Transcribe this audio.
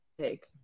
take